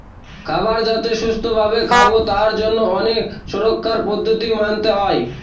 খাবার যাতে সুস্থ ভাবে খাবো তার জন্য অনেক সুরক্ষার পদ্ধতি মানতে হয়